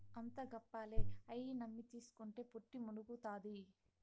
అంతా గప్పాలే, అయ్యి నమ్మి తీస్కుంటే పుట్టి మునుగుతాది